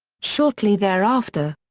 shortly thereafter.